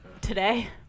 Today